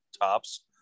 tops